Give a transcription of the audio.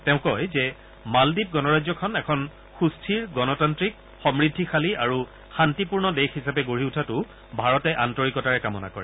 তেওঁ কয় যে মালদ্বীপ গণৰাজ্যখন এখন সুস্থিৰ গণতান্ত্ৰিক সমৃদ্ধিশালী আৰু শান্তিপূৰ্ণ দেশ হিচাপে গঢ়ি উঠাটো ভাৰতে আন্তৰিকতাৰে কামনা কৰে